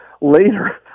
Later